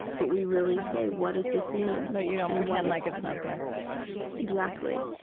but we really say, what does this mean? but you don't pretend like it's not there exactly.